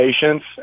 patience